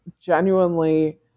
genuinely